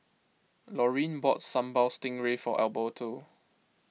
Lorene boughts Sambal Stingray for Alberto